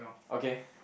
okay